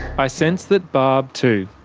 i sense that barb, too,